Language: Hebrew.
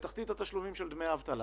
בתחתית התשלומים של דמי האבטלה.